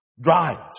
drives